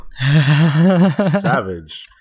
Savage